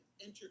enter